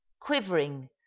quivering